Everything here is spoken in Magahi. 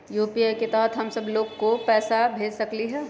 यू.पी.आई के तहद हम सब लोग को पैसा भेज सकली ह?